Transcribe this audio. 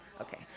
Okay